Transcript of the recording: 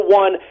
one